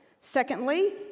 Secondly